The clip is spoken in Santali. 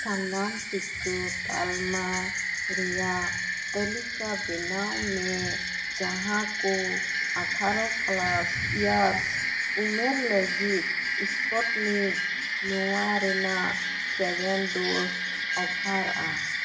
ᱥᱟᱱᱟᱢ ᱴᱤᱠᱟᱹ ᱛᱟᱞᱢᱟ ᱨᱮᱭᱟᱜ ᱛᱟᱹᱞᱤᱠᱟ ᱵᱮᱱᱟᱣᱢᱮ ᱡᱟᱦᱟᱸ ᱠᱚ ᱟᱴᱷᱟᱨᱚ ᱯᱞᱟᱥ ᱤᱭᱟᱨᱥ ᱩᱢᱮᱨ ᱞᱟᱹᱜᱤᱫ ᱮᱥᱯᱚᱴᱱᱤᱠ ᱱᱚᱣᱟ ᱨᱮᱱᱟᱜ ᱥᱮᱠᱮᱱᱰ ᱰᱳᱡᱽ ᱚᱯᱷᱟᱨᱟ